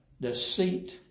deceit